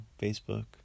Facebook